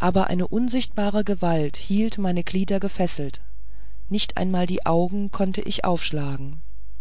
aber eine unsichtbare gewalt hielt meine glieder gefesselt nicht einmal die augen konnte ich aufschlagen